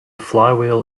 flywheel